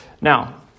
Now